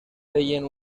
feien